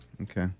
Okay